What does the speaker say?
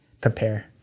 prepare